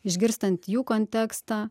išgirstant jų kontekstą